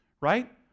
right